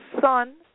son